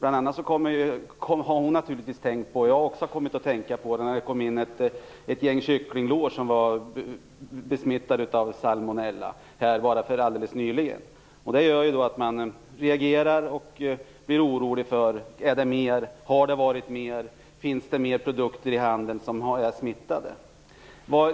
Hon tänker naturligtvis på att det alldeles nyligen kom in ett gäng kycklinglår som var smittade med salmonella. Det gör naturligtvis att man blir orolig för att det finns fler produkter i handeln som är smittade.